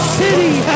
city